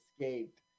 escaped